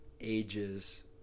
ages